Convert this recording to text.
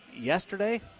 Yesterday